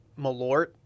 Malort